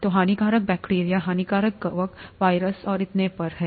तो हानिकारक बैक्टीरिया हानिकारक कवक वायरस और इतने पर हैं